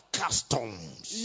customs